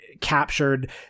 captured